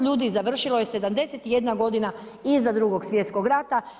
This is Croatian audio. Ljudi završilo je 71 godina iza Drugog svjetskog rata.